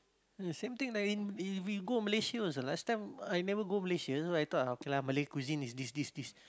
same thing like if we go Malaysia also last time I never go Malaysia then I thought okay lah Malay cuisine is this this this